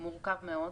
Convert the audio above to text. מורכב מאוד,